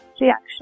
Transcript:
reaction